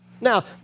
Now